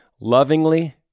Lovingly